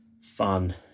fun